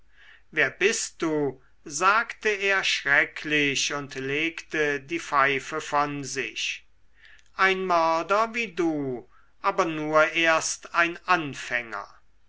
wer bist du sagte er schrecklich und legte die pfeife von sich ein mörder wie du aber nur erst ein anfänger